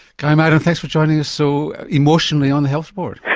guy maddern, thanks for joining us so emotionally on the health report.